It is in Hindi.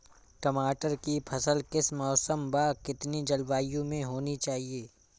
टमाटर की फसल किस मौसम व कितनी जलवायु में होनी चाहिए?